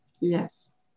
Yes